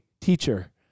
teacher